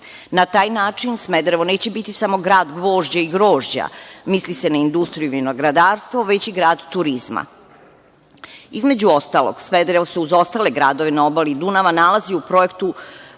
Na taj način Smederevo neće biti samo grad gvožđa i grožđa, misli se na industriju i vinogradarstvo, već i grad turizma. Između ostalog, Smederevo se uz ostale gradove na obali Dunava nalazi u projektu